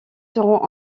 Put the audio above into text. seront